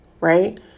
right